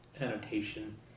annotation